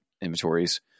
inventories